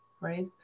right